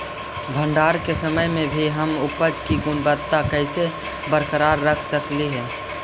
भंडारण के समय भी हम उपज की गुणवत्ता कैसे बरकरार रख सकली हे?